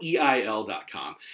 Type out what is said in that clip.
eil.com